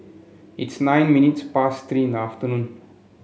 its nine minutes past Three in the afternoon